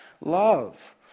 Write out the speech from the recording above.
love